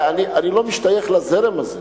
אני לא משתייך לזרם הזה,